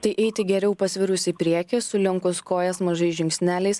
tai eiti geriau pasvirus į priekį sulenkus kojas mažais žingsneliais